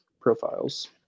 profiles